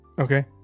Okay